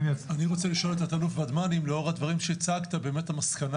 אני רוצה לשאול את תא"ל ודמני אם לאור הדברים שהצגת באמת המסקנה